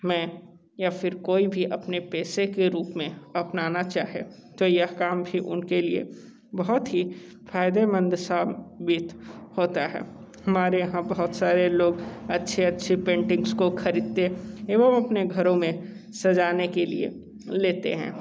मैं या फीर कोई भी अपने पेशे के रूप में अपनाना चाहे तो यह काम भी उनके लिए बहुत ही फ़ायदेमंद साबित होता है हमारे यहाँ बहुत सारे लोग अच्छी अच्छी पेंटिंग्स को ख़रीदते एवं अपने घरों में सजाने के लिए लेते हैं